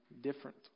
different